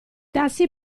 tassi